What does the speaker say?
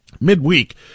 Midweek